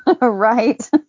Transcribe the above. Right